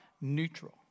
neutral